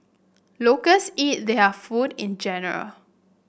locals eat their food in general